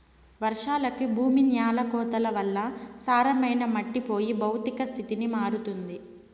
వర్షాలకి భూమి న్యాల కోతల వల్ల సారమైన మట్టి పోయి భౌతిక స్థితికి మారుతుంది